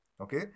Okay